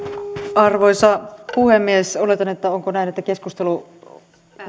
arvoisa puhemies oletan onko näin että keskustelu